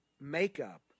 makeup